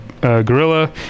gorilla